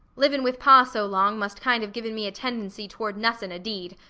livin' with pa so long must kind of given me a tendency toward nussin' a deed.